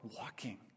walking